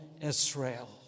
Israel